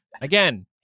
Again